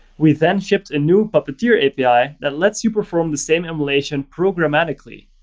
we then shipped a new puppeteer api that lets you perform the same emulation programmatically.